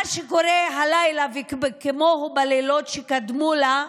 מה שקורה הלילה, כמו בלילות שקדמו לו,